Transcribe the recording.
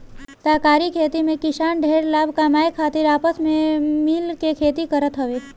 सहकारी खेती में किसान ढेर लाभ कमाए खातिर आपस में मिल के खेती करत हवे